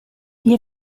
gli